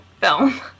film